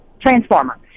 Transformer